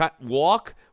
walk